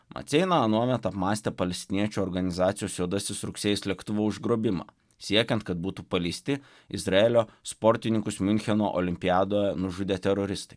maceina anuomet apmąstė palestiniečių organizacijos juodasis rugsėjis lėktuvo užgrobimą siekiant kad būtų paleisti izraelio sportininkus miuncheno olimpiadoje nužudę teroristai